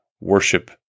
worship